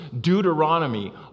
Deuteronomy